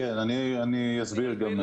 אני הבנתי ואסביר.